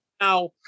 now